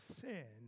sin